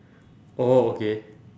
oh okay